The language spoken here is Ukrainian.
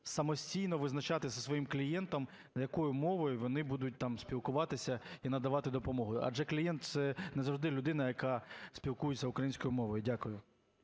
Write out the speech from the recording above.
самостійно визначати зі своїм клієнтом, якою мовою вони будуть там спілкуватися і надавати допомогу. Адже клієнт – це не завжди людина, яка спілкується українською мовою. Дякую.